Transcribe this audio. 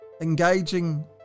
Engaging